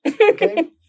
okay